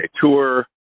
Tour